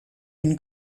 une